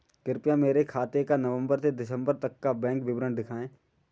कृपया मेरे खाते का नवम्बर से दिसम्बर तक का बैंक विवरण दिखाएं?